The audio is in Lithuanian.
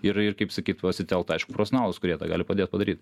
ir ir kaip sakyt pasitelkt aišku profesionalus kurie tą gali padėt padaryt